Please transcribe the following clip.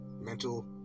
mental